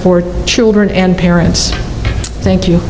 children and parents thank you